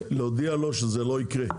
להודיע לו שזה לא יקרה.